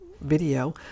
video